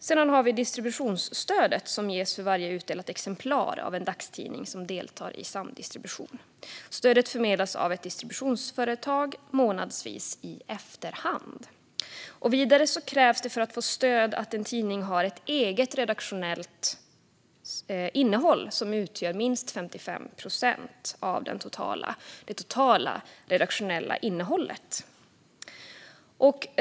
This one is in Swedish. Sedan har vi distributionsstödet, som ges för varje utdelat exemplar av en dagstidning som deltar i samdistribution. Stödet förmedlas av ett distributionsföretag månadsvis i efterhand. För att få stöd krävs det att en tidning har ett eget redaktionellt innehåll som utgör minst 55 procent av det totala redaktionella innehållet.